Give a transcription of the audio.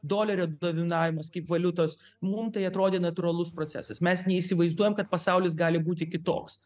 dolerio dominavimas kaip valiutos mum tai atrodė natūralus procesas mes neįsivaizduojam kad pasaulis gali būti kitoks